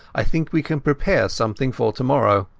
i think we can prepare something for tomorrow